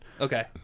Okay